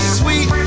sweet